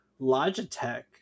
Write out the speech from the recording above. Logitech